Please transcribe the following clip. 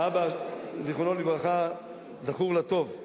אבא, זיכרונו לברכה, זכור לטוב.